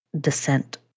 descent